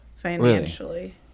financially